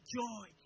joy